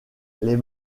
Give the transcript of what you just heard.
les